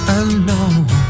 alone